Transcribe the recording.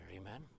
amen